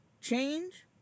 change